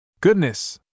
Goodness